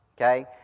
Okay